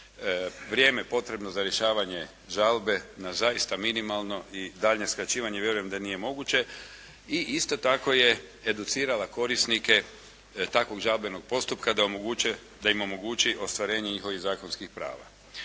vrijeme potrebno za rješavanje žalbe na zaista minimalno. I daljnje skraćivanje vjerujem da nije moguće. I isto tako je educirala korisnike takvog žalbenog postupka da im omogući ostvarenje njihovih zakonskih prava.